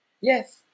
Yes